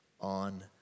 on